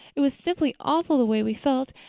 it was simply awful the way we felt.